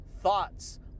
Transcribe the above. thoughts